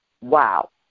Wow